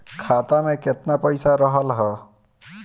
खाता में केतना पइसा रहल ह?